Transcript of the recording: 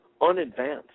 unadvanced